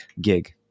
gig